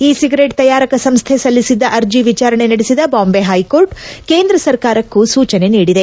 E cigarette ತಯಾರಕ ಸಂಸ್ಥೆ ಸಲ್ಲಿಸಿದ್ದ ಅರ್ಜಿ ವಿಚಾರಣೆ ನಡೆಸಿದ ಬಾಂಬೆ ಹೈಕೋರ್ಟ್ ಕೇಂದ್ರ ಸರಕಾರಕ್ಕೂ ಸೂಚನೆ ನೀಡಿದೆ